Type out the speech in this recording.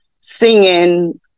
singing